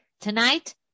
Tonight